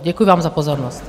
Děkuji vám za pozornost.